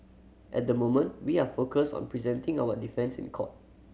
at the moment we are focused on presenting our defence in court